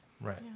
Right